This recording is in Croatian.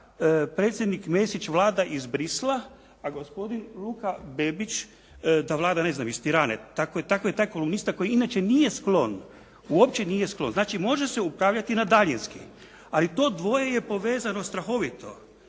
predsjednik Mesić vlada iz Bruxellesa, a gospodin Luka Bebić da vlada iz Tirane. Tako je taj kolumnista koji inače nije sklon, uopće nije sklon, znači može se upravljati na daljinski. Ali to dvoje je povezano strahovito.